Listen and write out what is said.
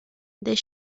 there